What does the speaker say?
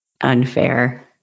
unfair